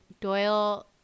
Doyle